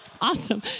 Awesome